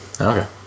Okay